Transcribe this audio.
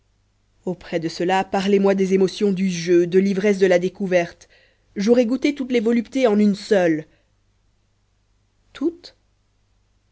auprès de cela parlez-moi des émotions du jeu de l'ivresse de la découverte j'aurais goûté toutes les voluptés en une seule toutes